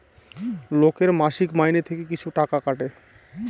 লোকের মাসিক মাইনে থেকে কিছু টাকা কাটে